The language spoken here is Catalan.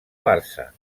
barça